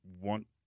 want